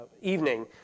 evening